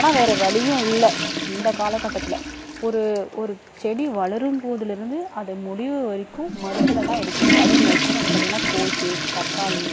ஆனால் வேறு வழியும் இல்லை இந்த காலகட்டத்தில் ஒரு ஒரு செடி வளரும் போதுலேருந்து அது முடிவு வரைக்கும் மருந்தில் தான் இருக்குது அதுவும் மேக்ஸிமம் வந்து பார்த்திங்கனா கோஸ்ஸு தக்காளி